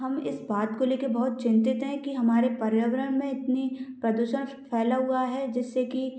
हम इस बात को लेकर बहुत चिंतित हैं कि हमारे पर्यावरण में इतनी प्रदूषण फैला हुआ है जिससे कि